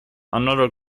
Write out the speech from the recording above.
another